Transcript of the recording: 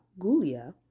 Gulia